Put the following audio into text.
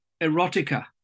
erotica